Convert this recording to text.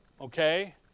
okay